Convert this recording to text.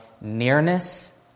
nearness